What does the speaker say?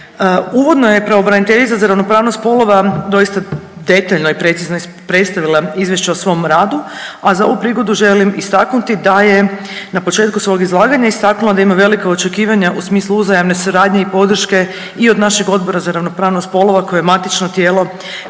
Uvodno je pravobraniteljica za ravnopravnost spolova doista detaljno i precizno predstavila izvješće o svom radu, a za ovu prigodu želim istaknuti da je na početku svog izlaganja istaknula da ima velika očekivanja u smislu uzajamne suradnje i podrške i od našeg Odbora za ravnopravnost spolova koje je matično tijelo, neovisno